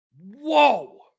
whoa